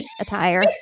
attire